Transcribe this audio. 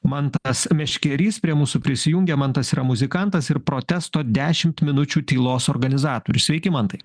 mantas meškerys prie mūsų prisijungė mantas yra muzikantas ir protesto dešimt minučių tylos organizatorius sveiki mantai